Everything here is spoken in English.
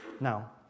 Now